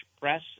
press